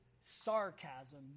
sarcasm